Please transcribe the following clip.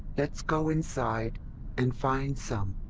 let's go inside and find some.